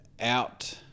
out